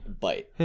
bite